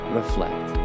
reflect